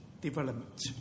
development